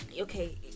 okay